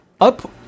up